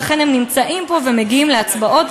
ולכן הם נמצאים פה ומגיעים להצבעות,